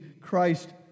Christ